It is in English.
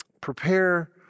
Prepare